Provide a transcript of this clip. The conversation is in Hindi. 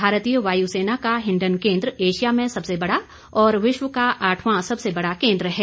भारतीय वायु सेना का हिंडन केन्द्र एशिया में सबसे बड़ा और विश्व का आठवां सबसे बड़ा केन्द्र है